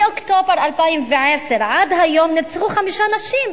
מאוקטובר 2010 עד היום נרצחו חמש נשים.